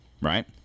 right